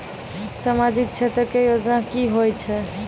समाजिक क्षेत्र के योजना की होय छै?